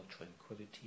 Tranquility